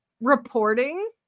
reporting